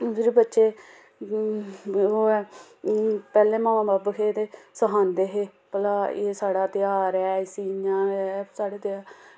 इन्ने चिर बच्चे पैह्लें मां बब्ब सखांदे हे एह् साढ़ा तेहार ऐ इस्सी इ'यां गै